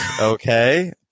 Okay